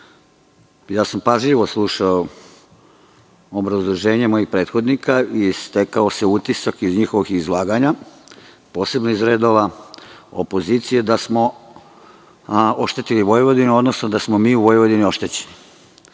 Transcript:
sam slušao obrazloženje mojih prethodnika i stekao se utisak iz njihovog izlaganja, posebno iz redova opozicije, da smo oštetili Vojvodinu, odnosno da smo mi u Vojvodini oštećeni.S